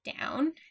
down